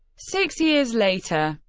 six years later,